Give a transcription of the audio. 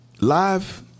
live